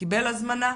הוא קיבל הזמנה.